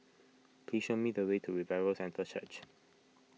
please show me the way to Revival Centre Church